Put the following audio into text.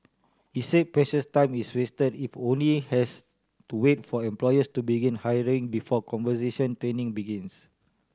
he said precious time is wasted if has to wait for employers to begin hiring before conversion training begins